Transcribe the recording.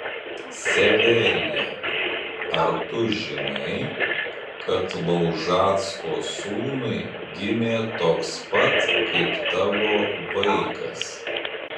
severija ar tu žinai kad laužacko sūnui gimė toks pat kaip tavo vaikas